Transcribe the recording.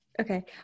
Okay